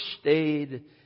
stayed